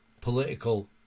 political